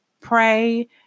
pray